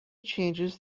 changes